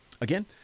again